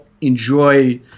enjoy